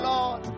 Lord